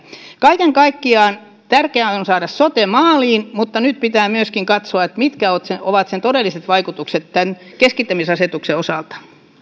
kaiken kaikkiaan tärkeää on on saada sote maaliin mutta nyt pitää myöskin katsoa mitkä ovat sen todelliset vaikutukset tämän keskittämisasetuksen osalta